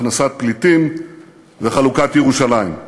הכנסת פליטים וחלוקת ירושלים.